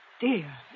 dear